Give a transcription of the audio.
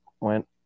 went